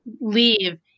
leave